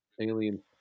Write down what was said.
Alien